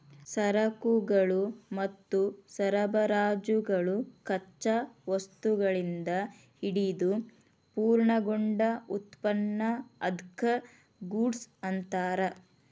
ಸರಕುಗಳು ಮತ್ತು ಸರಬರಾಜುಗಳು ಕಚ್ಚಾ ವಸ್ತುಗಳಿಂದ ಹಿಡಿದು ಪೂರ್ಣಗೊಂಡ ಉತ್ಪನ್ನ ಅದ್ಕ್ಕ ಗೂಡ್ಸ್ ಅನ್ತಾರ